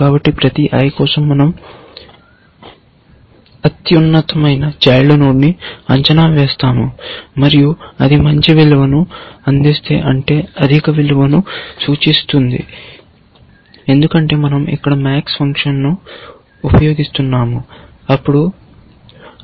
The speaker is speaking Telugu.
కాబట్టి ప్రతి i కోసం మనం అత్యున్నత చైల్డ్ నోడ్ ని అంచనా వేస్తాము మరియు అది మంచి విలువను అందిస్తే అంటే అధిక విలువను సూచిస్తుంది ఎందుకంటే మనం ఇక్కడ MAX ఫంక్షన్ను ఉపయోగిస్తున్నాము అప్పుడు ఆల్ఫా